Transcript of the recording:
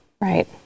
right